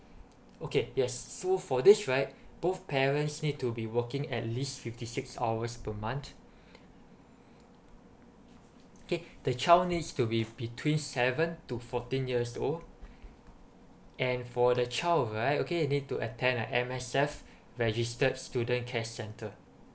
okay yes so for this right both parents need to be working at least fifty six hours per month okay the child needs to be between seven to fourteen years old and for the child right okay they need to attend at M_S_F registered student care centre